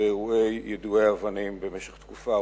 באירועי יידויי אבנים במשך תקופה ארוכה.